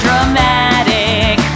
Dramatic